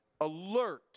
alert